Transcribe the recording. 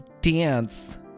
dance